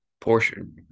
portion